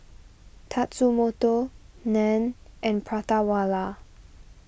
Tatsumoto Nan and Prata Wala